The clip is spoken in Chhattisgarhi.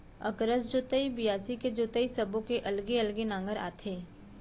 अकरस जोतई, बियासी के जोतई सब्बो के अलगे अलगे नांगर आथे